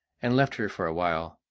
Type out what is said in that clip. and left her for a while.